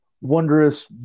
wondrous